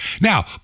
now